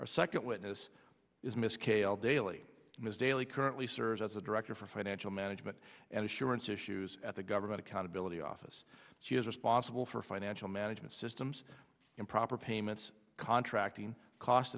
our second witness is miss kale daily news daily currently serves as a director for financial management and assurance issues at the government accountability office she is responsible for financial management system ems improper payments contracting cost